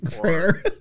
prayer